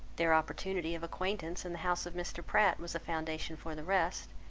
their opportunity of acquaintance in the house of mr. pratt was a foundation for the rest,